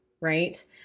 Right